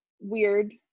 weird